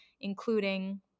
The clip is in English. Including